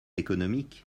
économique